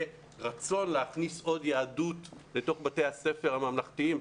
רצון להכניס עוד יהדות לתוך בתי הספר הממלכתיים.